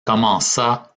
commença